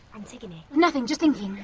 antigone? nothing. just thinking.